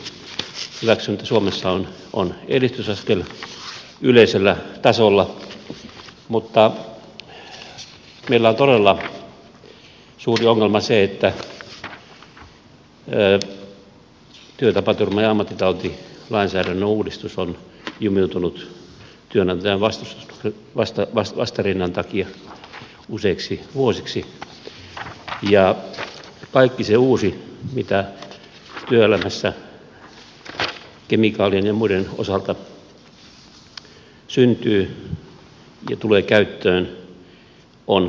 tietenkin tämä yleissopimus ja sen ratifiointihyväksyntä suomessa on edistysaskel yleisellä tasolla mutta meillä on todella suuri ongelma se että työtapaturma ja ammattitautilainsäädännön uudistus on jumiutunut työnantajan vastarinnan takia useiksi vuosiksi ja kaikki se uusi mitä työelämässä kemikaalien ja muiden osalta syntyy ja tulee käyttöön on sääntelemätöntä